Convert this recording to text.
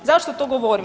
Zašto to govorim?